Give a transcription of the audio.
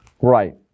Right